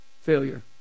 failure